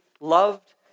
loved